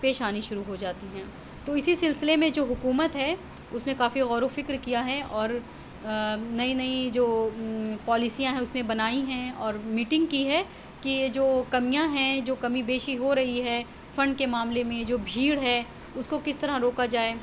پیش آنی شروع ہو جاتی ہیں تو اسی سلسلے میں جو حکومت ہے اس نے کافی غور و فکر کیا ہے اور نئی نئی جو پالیسیاں ہیں اس نے بنائی ہیں اور میٹنگ کی ہے کہ یہ جو کمیاں ہیں جو کمی بیشی ہو رہی ہے فنڈ کے معاملے میں جو بھیڑ ہے اس کو کس طرح روکا جائے